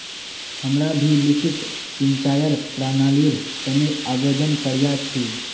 हमरा भी लिफ्ट सिंचाईर प्रणालीर तने आवेदन करिया छि